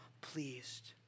pleased